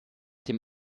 dem